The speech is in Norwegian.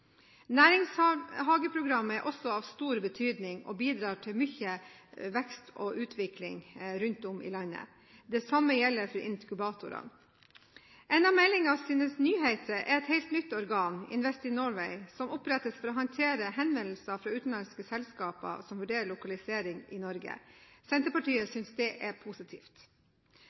viktig. Næringshageprogram er også av stor betydning og bidrar til mye vekst og utvikling rundt om i landet. Det samme gjelder for inkubatorene. En av meldingens nyheter er et helt nytt organ, Invest in Norway, som opprettes for å håndtere henvendelser fra utenlandske selskaper som vurderer lokalisering i Norge. Senterpartiet synes det er positivt.